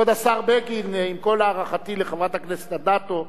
כבוד השר בגין, עם כל הערכתי לחברת הכנסת אדטו,